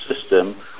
system